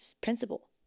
principle